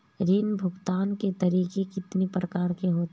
ऋण भुगतान के तरीके कितनी प्रकार के होते हैं?